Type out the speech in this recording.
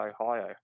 Ohio